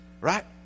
right